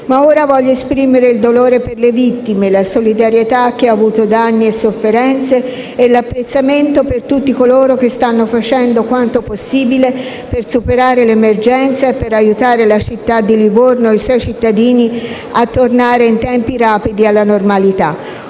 Ma ora voglio esprimere il dolore per le vittime, la solidarietà a chi ha avuto danni e sofferenze e l'apprezzamento per tutti coloro che stanno facendo quanto possibile per superare l'emergenza e per aiutare la città di Livorno e i suoi cittadini a tornare in tempi rapidi alla normalità.